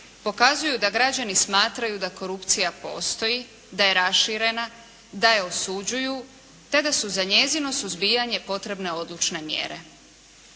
pokazuju da građani smatraju da korupcija postoji, da je raširena, da je osuđuju te da su za njezino suzbijanje potrebne odlučne mjere.